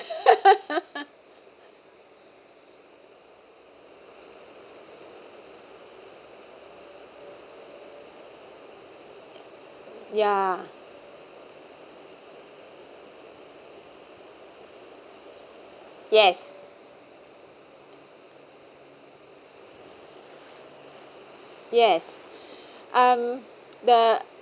ya yes yes um the